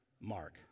Mark